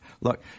Look